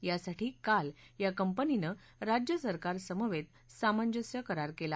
यासाठी काल या कंपनीनं राज्य सरकारसमवेत सामंजस्य करार केला